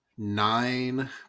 nine